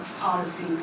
policy